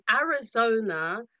arizona